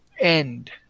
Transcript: end